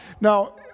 Now